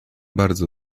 bardzo